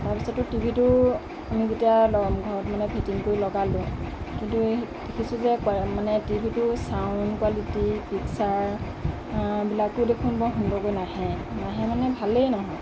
তাৰ পিছততো টিভিটো আমি যেতিয়া ঘৰত মানে ফিটিং কৰি লগালোঁ কিন্তু দেখিছোঁ যে মানে টিভিটো ছাউণ্ড কোৱালিটী পিক্চাৰ বিলাকো দেখোন বৰ সুন্দৰকৈ নাহে নাহে মানে ভালেই নহয়